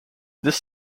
this